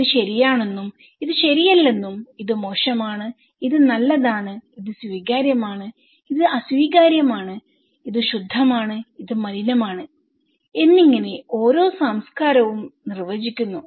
ഇത് ശരിയാണെന്നും ഇത് ശരിയല്ലെന്നും ഇത് മോശമാണ് ഇത് നല്ലതാണ് ഇത് സ്വീകാര്യമാണ് ഇത് അസ്വീകാര്യമാണ് ഇത് ശുദ്ധമാണ് ഇത് മലിനമാണ്എന്നിങ്ങനെ ഓരോ സംസ്ക്കാരവും നിർവചിക്കുന്നു